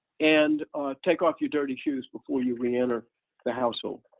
and take off your dirty shoes before you reenter the household.